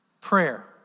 prayer